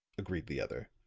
agreed the other.